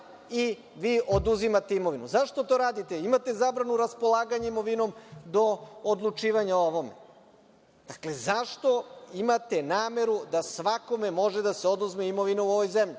i vi oduzimate imovinu. Zašto to radite? Imate zabranu raspolaganja imovinom do odlučivanja o ovome. Dakle, zašto imate nameru da svakome može da se oduzme imovina u ovoj zemlji?